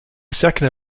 second